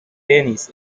denis